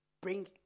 bring